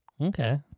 Okay